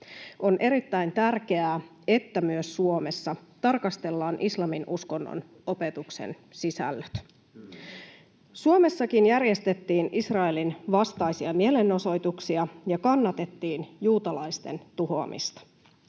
On erittäin tärkeää, että myös Suomessa tarkastellaan islamin uskonnon opetuksen sisällöt. Suomessakin järjestettiin Israelin vastaisia mielenosoituksia ja kannatettiin juutalaisten tuhoamista.